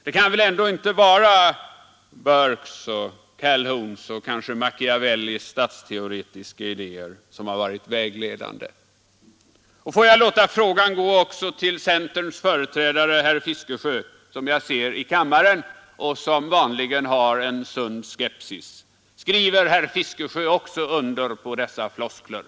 Det kan väl ändå inte vara Burkes och Calhouns och kanske Machiavellis statsteoretiska idéer som har varit vägledande? Och får jag låta frågan gå också till centerns företrädare herr Fiskesjö, som jag ser i kammaren och som vanligen hyser en sund skepsis: Skriver också herr Fiskesjö under på dessa floskler?